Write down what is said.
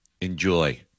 Enjoy